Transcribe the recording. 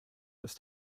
ist